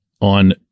on